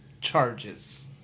charges